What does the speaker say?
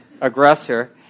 aggressor